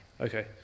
okay